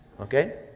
Okay